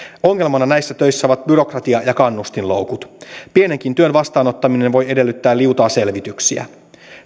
ongelmana näissä töissä ovat byrokratia ja kannustinloukut pienenkin työn vastaanottaminen voi edellyttää liutaa selvityksiä